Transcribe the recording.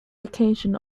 occasion